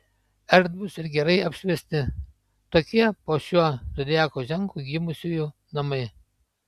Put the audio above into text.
erdvūs ir gerai apšviesti tokie po šiuo zodiako ženklu gimusiųjų namai